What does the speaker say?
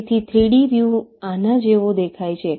તેથી 3D view આના જેવો દેખાય છે